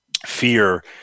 fear